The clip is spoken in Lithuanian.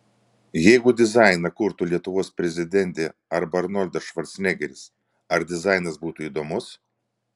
jeigu dizainą kurtų lietuvos prezidentė arba arnoldas švarcnegeris ar dizainas būtų įdomus